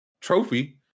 trophy